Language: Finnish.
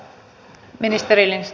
arvoisa puhemies